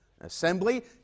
assembly